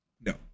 No